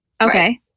Okay